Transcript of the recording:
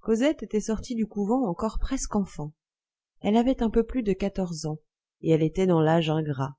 cosette était sortie du couvent encore presque enfant elle avait un peu plus de quatorze ans et elle était dans l'âge ingrat